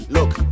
Look